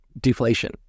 deflation